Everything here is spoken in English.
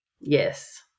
Yes